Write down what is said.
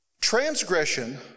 transgression